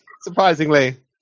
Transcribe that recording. Surprisingly